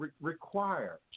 require